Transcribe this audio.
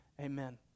Amen